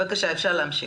בבקשה, אפשר להמשיך.